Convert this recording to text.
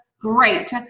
great